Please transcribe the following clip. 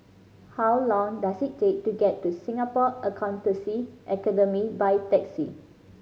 how long does it take to get to Singapore Accountancy Academy by taxi